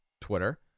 Twitter